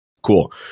cool